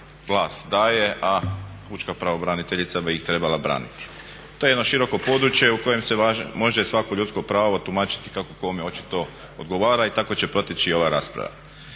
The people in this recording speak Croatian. vlast daje, a pučka pravobraniteljica bi ih trebala braniti. To je jedno široko područje u kojem se može svako ljudsko pravo tumačiti kako kome očito odgovara i tako će proteći i ova rasprava.